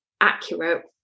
accurate